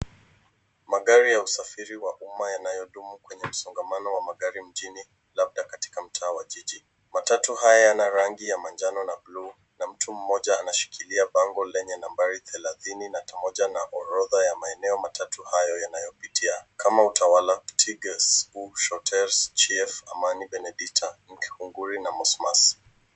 Magari ya usafiri wa uma yanayodumu kwenye msongamano wa magari mjini, labda katika mtaa wa jiji. Matatu haya yana rangi ya manjano na blue , na mtu mmoja anashikilia bango lenye nambari thelathini na pamoja na orodha ya maeneo matatu hayo yanayopitia kama Utawala, tiges, huks, shooters, chief, Amani, benedicta, Githunguri, na Mosmas.